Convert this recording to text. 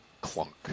clunk